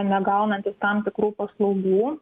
negaunantys tam tikrų paslaugų